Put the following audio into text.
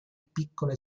piccole